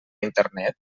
internet